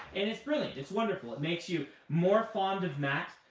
and it's brilliant. it's wonderful. it makes you more fond of mat.